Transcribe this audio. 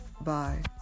Bye